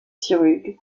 sirugue